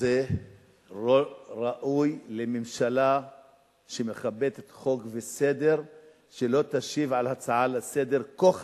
זה לא ראוי לממשלה שמכבדת חוק וסדר שלא תשיב על הצעה לסדר כה חשובה.